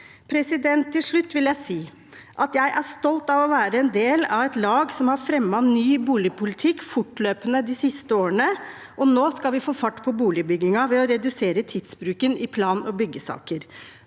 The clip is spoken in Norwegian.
i byene. Til slutt vil jeg si at jeg er stolt av å være en del av et lag som har fremmet ny boligpolitikk fortløpende de siste årene. Nå skal vi få fart på boligbyggingen ved å redusere tidsbruken i plan- og byggesaker.